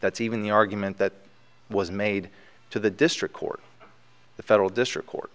that's even the argument that was made to the district court the federal district court